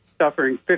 suffering